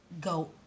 go